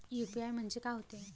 UPI म्हणजे का होते?